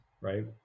right